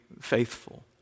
faithful